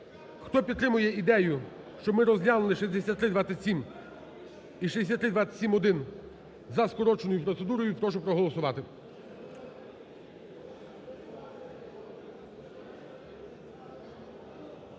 Хто підтримує ідею, щоб ми розглянули 6327 і 6327-1 за скороченою процедурою, прошу проголосувати.